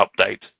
update